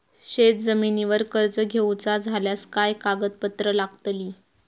शेत जमिनीवर कर्ज घेऊचा झाल्यास काय कागदपत्र लागतली?